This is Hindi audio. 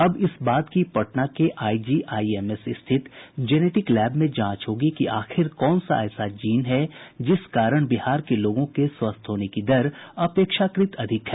अब इस बात की पटना के आईजीआईएमएस स्थित जेनेटिक लैब में जांच होगी कि आखिर कौन सा ऐसा जीन है जिस कारण बिहार के लोगों के स्वस्थ होने की दर अपेक्षाकृत अधिक है